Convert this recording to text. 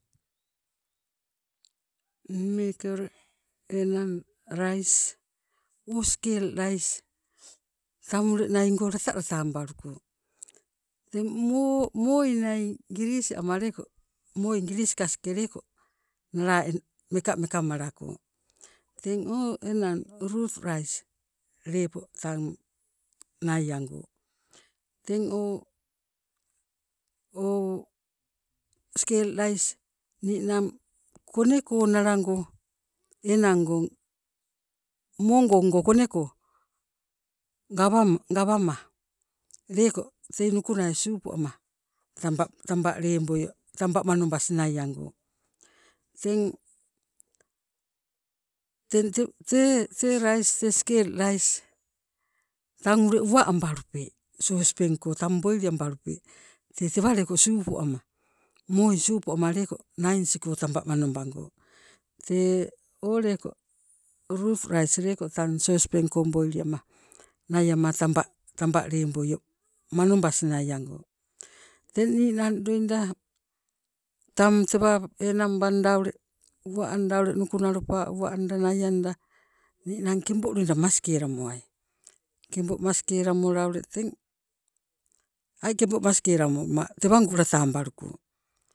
Nii meeke ule enang lais o skel lais tang ule naingo latalata wabaluko teng mooii nai gilis ama leko, mooii giris kas ke leko nala mekameka malako. Teng o enang root lais lepo tang naiango teng o skel lais ninang kone konalango enangong moogong go kone ko gawam gawama leko tei nukunai supu ama tamba leboio tamba manobas naiango. Teng tee lais tee skel lais tang ule uwa ambalupe sospengko tang boil abalupe tee tewa leko supu ama, mooii supu ama leko nainisigo tamba manobango, tee oleko rut lais tang sospengko boiliama naiama tamba tamba leboio manobas naiango. Teng ninang loida tewa enang banda nukuna lopa uwa anda naianda ninang kebo loida maskelamoai, kebo maskelamola ule teng, ai kebo maskelamoma latawambaluko.